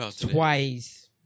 twice